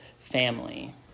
family